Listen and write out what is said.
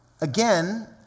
again